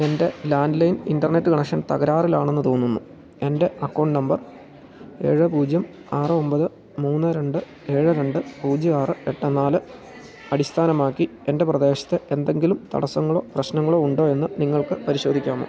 എൻ്റെ land line internet connection തകരാറിലാണെന്നു തോന്നുന്നു എൻ്റെ അക്കൗണ്ട് നമ്പർ ഏഴ് പൂജ്യം ആറ് ഒമ്പത് മൂന്ന് രണ്ട് ഏഴ് രണ്ട് പൂജ്യം ആറ് എട്ട് നാല് അടിസ്ഥാനമാക്കി എൻ്റെ പ്രദേശത്തെ എന്തെങ്കിലും തടസ്സങ്ങളോ പ്രശ്നങ്ങളോ ഉണ്ടോ എന്നു നിങ്ങൾക്ക് പരിശോധിക്കാമോ